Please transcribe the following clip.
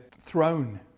throne